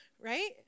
Right